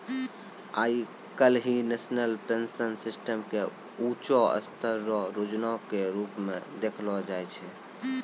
आइ काल्हि national pension system के ऊंचों स्तर रो योजना के रूप मे देखलो जाय छै